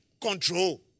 control